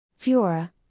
Fiora